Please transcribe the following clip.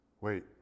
Wait